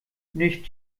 nicht